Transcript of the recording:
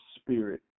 spirit